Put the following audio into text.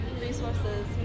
resources